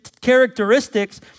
characteristics